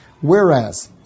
Whereas